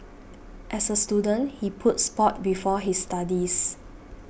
as a student he put sport before his studies